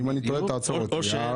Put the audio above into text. אם אני טועה תעצור אותי.